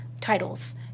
titles